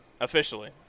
Officially